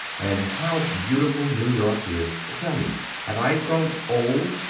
and how beautiful new york is! tell me have i grown old?